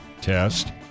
test